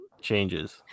changes